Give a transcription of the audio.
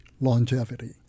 longevity